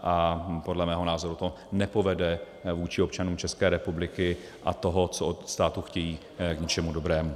A podle mého názoru to nepovede vůči občanům České republiky a toho, co od státu chtějí, k ničemu dobrému.